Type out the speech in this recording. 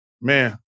man